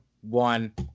one